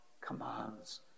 commands